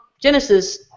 Genesis